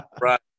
Right